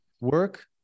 work